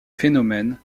phénomènes